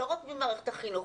לא רק ממערכת החינוך,